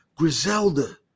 Griselda